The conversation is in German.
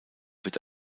wird